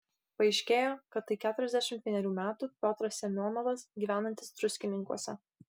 paaiškėjo kad tai keturiasdešimt vienerių metų piotras semionovas gyvenantis druskininkuose